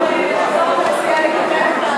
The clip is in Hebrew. הפורום שהביא סגן השר אלי